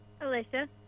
Alicia